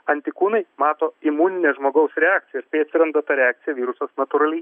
antikūnai mato imuninę žmogaus reakciją atsiranda ta reakcija virusas natūraliai